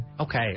Okay